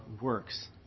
works